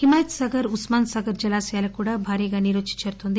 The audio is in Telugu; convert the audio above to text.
హిమాయత్ సాగర్ ఉస్మాన్ సాగర్ జలాశయాలకు కూడా భారీగా నీరు వచ్చి చేరింది